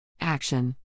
Action